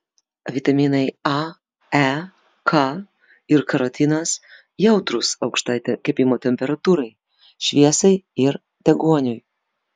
vitaminai a e k ir karotinas jautrūs aukštai kepimo temperatūrai šviesai ir deguoniui